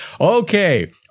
Okay